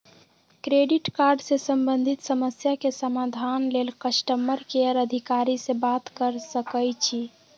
credit card से संबंधित समस्या के समाधान लेल कस्टमर केयर अधिकारी से बात कर सकइछि